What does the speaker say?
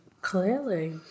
Clearly